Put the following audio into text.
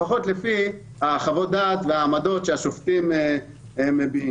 לפחות לפי חוות הדעת והעמדות שהשופטים מביאים.